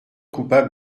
coupable